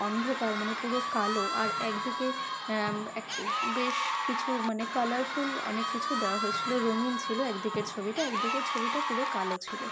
অন্ধকার মানে পুরো কালো আর একদিকে এক বেশ কিছু মানে কালারফুল অনেক কিছু দেওয়া হয়েছিল রঙিন ছিল একদিকের ছবিটা একদিকের ছবিটা পুরো কালো ছিল